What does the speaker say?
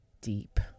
deep